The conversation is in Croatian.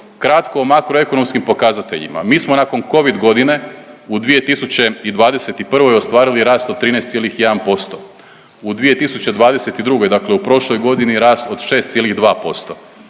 Kratko o makroekonomskim pokazateljima, mi smo nakon kovid godine u 2021. ostvarili rast od 13,1%, u 2022. dakle u prošloj godini rast od 6,2%,